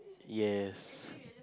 yes